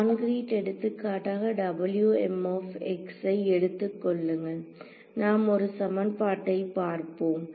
concrete எடுத்துக்காட்டாக ஐ எடுத்துக் கொள்ளுங்கள் நாம் 1 சமன்பாட்டை பார்ப்போம்